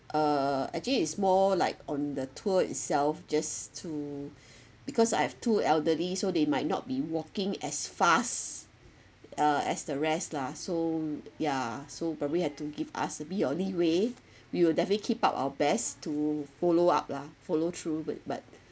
uh actually it's more like on the tour itself just to because I have two elderly so they might not be walking as fast uh as the rest lah so ya so probably have to give us to be the only way we will definitely keep up our best to follow up lah follow through but but